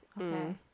Okay